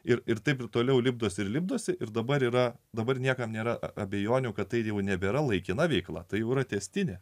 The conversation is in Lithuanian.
ir ir taip toliau lipdosi ir lipdosi ir dabar yra dabar niekam nėra abejonių kad tai dievui nebėra laikina veikla tai yra tęstinė